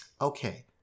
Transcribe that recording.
Okay